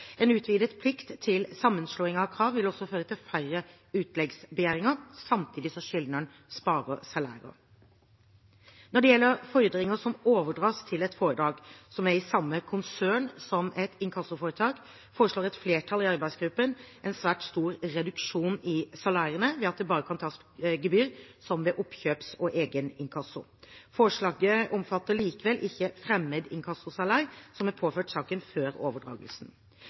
En utvidet plikt til sammenslåing av krav vil også føre til færre utleggsbegjæringer, samtidig som skyldneren sparer salærer. Når det gjelder fordringer som overdras til et foretak som er i samme konsern som et inkassoforetak, foreslår et flertall i arbeidsgruppen en svært stor reduksjon i salærene ved at det bare kan tas gebyr som ved oppkjøps- og egeninkasso. Forslaget omfatter likevel ikke fremmedinkassosalærer som er påført saken før overdragelsen.